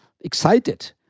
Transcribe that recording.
excited